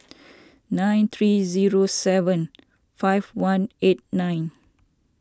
nine three zero seven five one eight nine